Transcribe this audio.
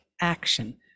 action